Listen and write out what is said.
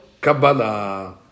kabbalah